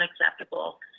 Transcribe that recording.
unacceptable